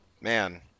Man